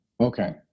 Okay